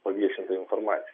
paviešintą informaciją